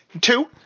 Two